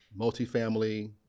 multifamily